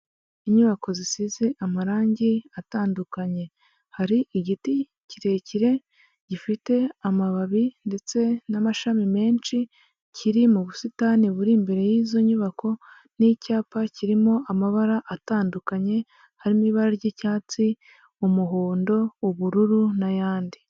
Inyubako zisize amarangi atandukanye. Hari igiti kirekire gifite amababi ndetse n'amashami menshi, kiri mu busitani buri imbere y'izo nyubako n'icyapa kirimo amabara atandukanye, harimo ibara ry'icyatsi, umuhondo, ubururu n'ayandi.